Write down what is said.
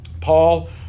paul